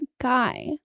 guy